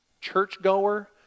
churchgoer